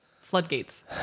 floodgates